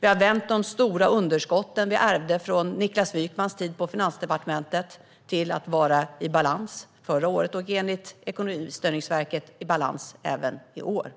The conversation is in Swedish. Vi har vänt de stora underskott vi ärvde från Niklas Wykmans tid på Finansdepartementet till att förra året vara i balans, och enligt Ekonomistyrningsverket kommer vi att vara i balans även i år.